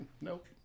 Nope